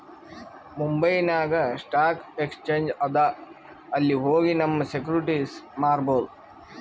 ಮುಂಬೈನಾಗ್ stock exchange ಅದಾ ಅಲ್ಲಿ ಹೋಗಿ ನಮ್ ಸೆಕ್ಯೂರಿಟಿಸ್ ಮಾರ್ಬೊದ್